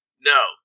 No